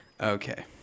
okay